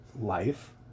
life